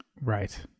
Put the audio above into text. Right